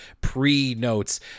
pre-notes